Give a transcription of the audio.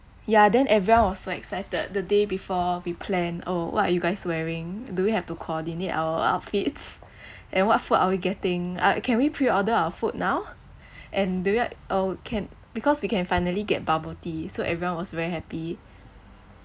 ya then everyone was so excited the day before we plan oh what you guys wearing do we have to coordinate our outfits and what food are we getting uh can we pre-order our food now and do you oh can because we can finally get bubble tea so everyone was very happy